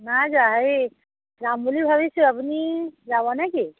নাই যোৱা এই যাম বুলি ভাবিছোঁ আপুনি যাব নেকি